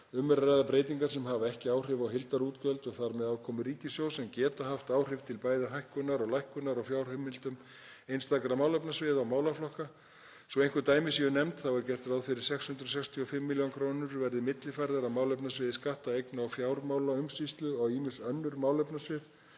Um er að ræða breytingar sem hafa ekki áhrif á heildarútgjöld og þar með afkomu ríkissjóðs en geta haft áhrif til bæði hækkunar og lækkunar á fjárheimildum einstakra málefnasviða og málaflokka. Svo einhver dæmi séu nefnd þá er gert ráð fyrir að 665 millj. kr. verði millifærðar af málefnasviði skatta-, eigna- og fjármálaumsýslu á ýmis önnur málefnasvið